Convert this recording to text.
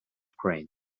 cream